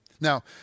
Now